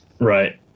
Right